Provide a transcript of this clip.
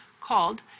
called